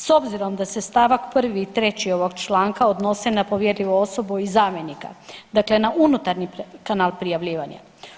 S obzirom da se stavak 1. i 3. ovog članka odnose na povjerljivu osobu i zamjenika, dakle na unutarnji kanal prijavljivanja.